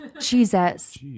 Jesus